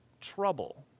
trouble